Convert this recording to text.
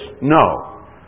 No